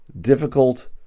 difficult